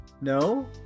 No